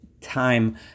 time